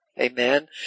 amen